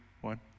one